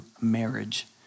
marriage